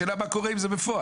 השאלה מה קורה עם זה בפועל.